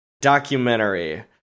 documentary